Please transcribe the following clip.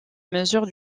mesure